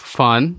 fun